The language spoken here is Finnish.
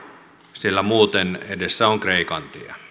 sillä muuten edessä on kreikan